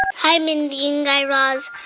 hi, mindy and guy raz.